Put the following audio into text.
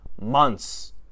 months